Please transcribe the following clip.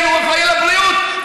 הוא אחראי על הבריאות,